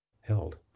held